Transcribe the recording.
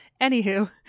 Anywho